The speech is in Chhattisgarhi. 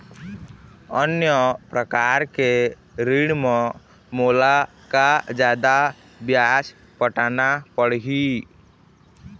अन्य प्रकार के ऋण म मोला का जादा ब्याज पटाना पड़ही?